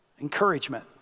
Encouragement